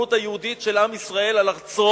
בריבונות היהודית של עם ישראל על ארצו,